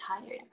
tired